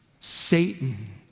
Satan